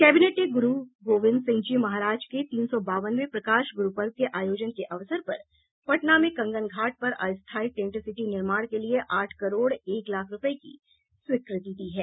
cabinet ने गुरु गुरु गोविन्द सिंह जी महाराज के तीन सौ बावनवें प्रकाश गुरूपर्व के आयोजन के अवसर पर पटना में कंगनघाट पर अस्थायी टेंट सिटी निर्माण के लिए आठ करोड़ एक लाख रूपये की स्वीकृति दी है